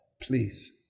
Please